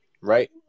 right